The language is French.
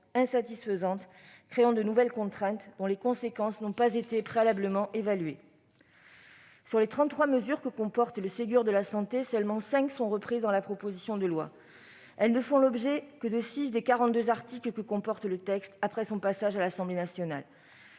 insatisfaisantes, créant de nouvelles contraintes dont les conséquences n'ont pas été préalablement évaluées. Sur les trente-trois mesures que comporte le Ségur de la santé, seulement cinq sont reprises dans la proposition de loi. Elles ne font l'objet que de six des quarante-deux articles que comporte le texte après son passage à l'Assemblée nationale.